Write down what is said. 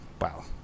Wow